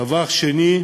דבר שני,